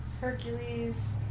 Hercules